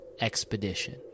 expedition